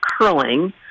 curling